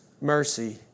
mercy